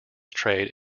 trade